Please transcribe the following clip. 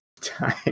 time